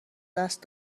دست